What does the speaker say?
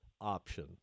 option